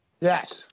Yes